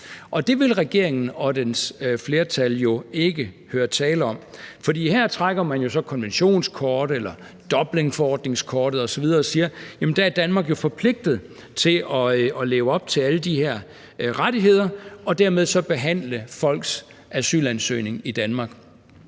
Og det vil regeringen og dens flertal jo ikke høre tale om, for her trækker man jo så konventionskortet eller Dublinforordningskortet osv. og siger, at Danmark er forpligtet til leve op til alle de her rettigheder og dermed så behandle folks asylansøgning i Danmark,